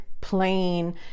plain